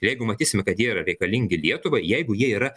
jeigu matysim kad jie yra reikalingi lietuvai jeigu jie yra